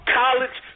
college